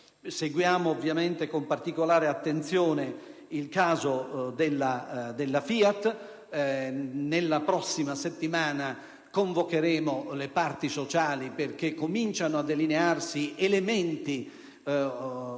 Seguiamo ovviamente con particolare attenzione il caso FIAT. La prossima settimana convocheremo le parti sociali perché cominciano a delinearsi elementi sufficienti